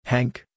Hank